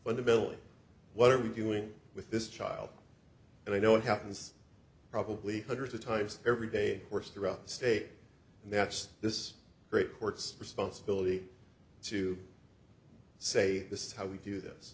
is what are we doing with this child and i know it happens probably hundreds of times every day worse throughout the state and that's this great court's responsibility to say this is how we do this